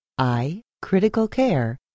iCriticalCare